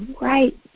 right